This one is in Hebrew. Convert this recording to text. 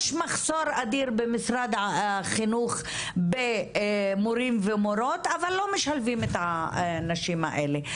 יש מחסור אדיר במשרד החינוך במורים ומורות אבל לא משלבים את הנשים האלה.